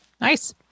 Nice